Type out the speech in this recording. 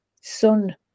son